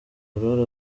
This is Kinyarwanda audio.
aurore